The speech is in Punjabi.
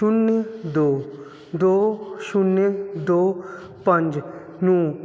ਸ਼ੂਨਿਆ ਦੋ ਦੋ ਸ਼ੂਨਿਆ ਦੋ ਪੰਜ ਨੂੰ